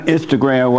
Instagram